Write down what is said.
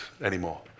anymore